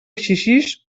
exigix